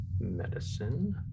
medicine